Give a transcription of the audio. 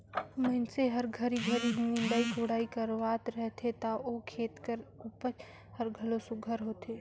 मइनसे हर घरी घरी निंदई कोड़ई करवात रहथे ता ओ खेत कर उपज हर घलो सुग्घर होथे